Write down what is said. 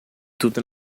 tudo